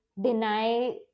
deny